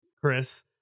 Chris